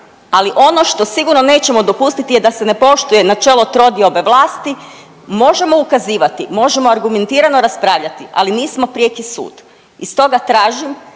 Ali ono što sigurno nećemo dopustiti je da se ne poštuje načelo trodiobe vlasti, možemo ukazivati, možemo argumentirano raspravljati ali nismo prijeki sud. I stoga tražim